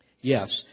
Yes